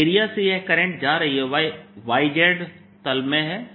जिस एरिया से यह करंट जा रही है वह yz तल है